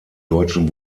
deutschen